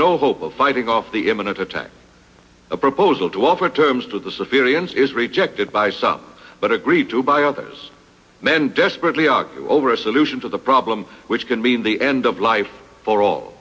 no hope of fighting off the imminent attack a proposal to offer terms to the civilians is rejected by some but agreed to by others men desperately argue over a solution to the problem which could mean the end of life for all